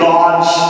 God's